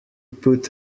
put